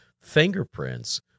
fingerprints